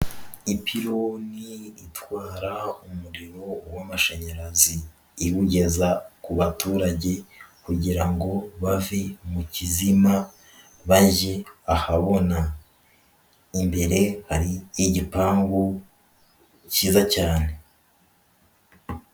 Ipironi itwara umuriro w'amashanyarazi iwugeza ku baturage kugira ngo bave mu kizima bajye ahabona, imbere hari igipangu cyiza cyane.